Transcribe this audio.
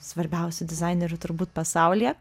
svarbiausių dizainerių turbūt pasaulyje